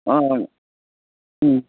ꯑꯥ ꯎꯝ